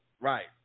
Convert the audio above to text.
Right